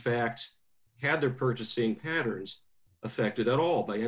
fact had their purchasing patters affected at all